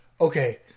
okay